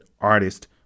artist